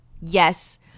Yes